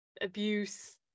abuse